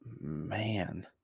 man